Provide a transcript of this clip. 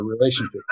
relationship